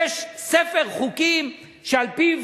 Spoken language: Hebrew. אין מציאות שיש ספר חוקים שעל-פיו